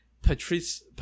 patrice